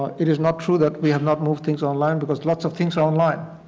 it is not true that we have not move things online because lots of things are online.